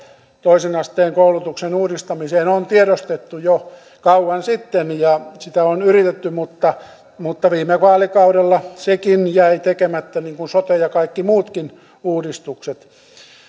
toisen asteen koulutuksen uudistamiseen on tiedostettu jo kauan sitten ja sitä on yritetty mutta mutta viime vaalikaudella sekin jäi tekemättä niin kuin sote ja kaikki muutkin uudistukset